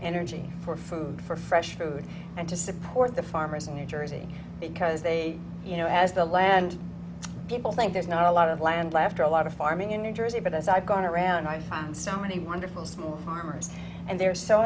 energy for food for fresh food and to support the farmers in new jersey because they you know as the land people think there's not a lot of land laughter a lot of farming in new jersey but as i've gone around i found so many wonderful small farmers and they're so